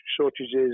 shortages